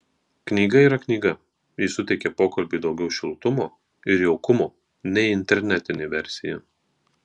knyga yra knyga ji suteikia pokalbiui daugiau šiltumo ir jaukumo nei internetinė versija